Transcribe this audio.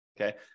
Okay